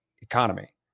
economy